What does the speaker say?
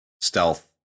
stealth